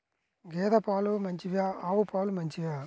గేద పాలు మంచివా ఆవు పాలు మంచివా?